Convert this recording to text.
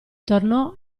tornò